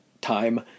time